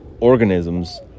organisms